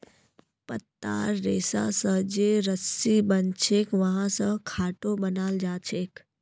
पत्तार रेशा स जे रस्सी बनछेक वहा स खाटो बनाल जाछेक